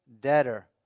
debtor